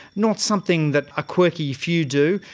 not something that a quirky few do,